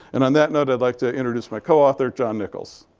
and on that note, i'd like to introduce my co-author, john nichols.